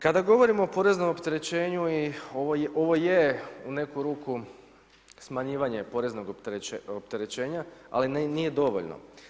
Kada govorimo o poreznom opterećenju i ovo je u neku ruku smanjivanje poreznog opterećenja ali nije dovoljno.